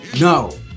No